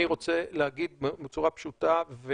אני רוצה להגיד בצורה פשוטה: